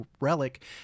Relic